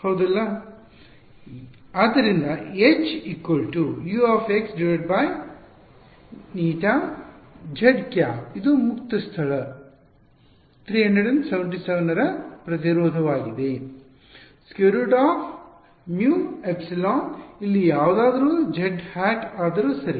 ಆದ್ದರಿಂದ H Uηzˆ ಇದು ಮುಕ್ತ ಸ್ಥಳ 377 ರ ಪ್ರತಿರೋಧವಾಗಿದೆ √με ಇಲ್ಲಿ ಯಾವುದಾದರೂ z ಹ್ಯಾಟ್ ಆದರೂ ಸರಿ